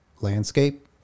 landscape